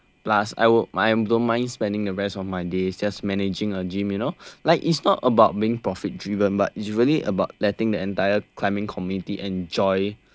plus I would I don't mind spending the rest of my days just managing a gym you know like it's not about being profit driven but it's really about letting the entire climbing community enjoy